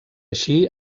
així